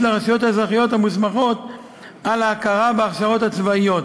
לרשויות האזרחיות המוסמכות על ההכרה בהכשרות הצבאיות,